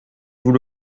vous